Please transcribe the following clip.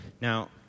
Now